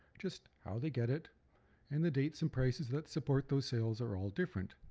just how they get it and the dates and prices that support those sales are all different.